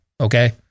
okay